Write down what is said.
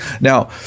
Now